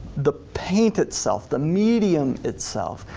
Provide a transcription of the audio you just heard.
the paint itself, the medium itself,